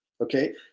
Okay